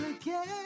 again